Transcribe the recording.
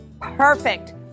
Perfect